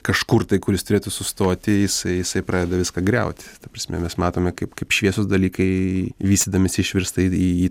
kažkur tai kur jis turėtų sustoti jisai jisai pradeda viską griauti ta prasme mes matome kaip kaip šviesūs dalykai vystydamiesi išvirsta į